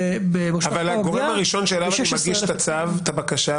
-- אבל הגורם הראשון שאליו מגיש את הבקשה?